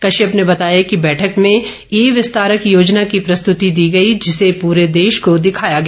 कश्यप ने बताया कि बैठक में ई विस्तारक योजना की प्रस्तृति दी गई जिसे पूरे देश को दिखाया गया